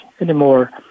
anymore